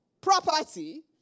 property